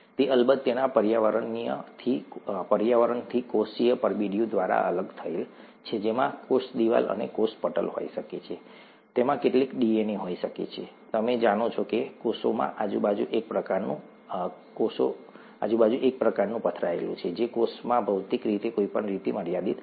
તે અલબત્ત તેના પર્યાવરણથી કોષીય પરબિડીયું દ્વારા અલગ થયેલ છે જેમાં કોષ દિવાલ અને કોષ પટલ હોઈ શકે છે તેમાં કેટલાક ડીએનએ હોઈ શકે છે તમે જાણો છો કે કોષમાં આજુબાજુ એક પ્રકારનું પથરાયેલું છે જે કોષમાં ભૌતિક રીતે કોઈપણ રીતે મર્યાદિત નથી